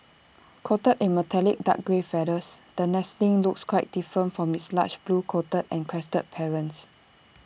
coated in metallic dark grey feathers the nestling looks quite different from its large blue coated and crested parents